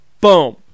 Boom